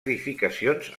edificacions